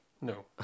No